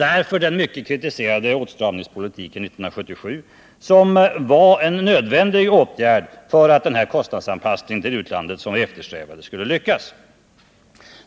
Därför den mycket kritiserade åtstramningspolitiken 1977, som var en nödvändig åtgärd för att denna kostnadsanpassning till utlandet, som vi eftersträvade, skulle lyckas.